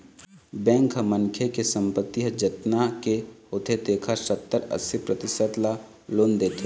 bank ह मनखे के संपत्ति ह जतना के होथे तेखर सत्तर, अस्सी परतिसत ल लोन देथे